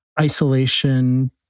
isolation